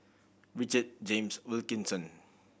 Richard James Wilkinson